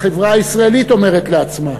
החברה הישראלית אומרת לעצמה,